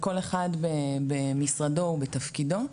לכל אחד במשרדו ובתפקידו,